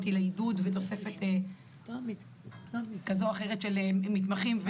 לעידוד ותוספת כזו או אחרת של מתמחים?